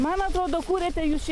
man atrodo kuriate jūs čia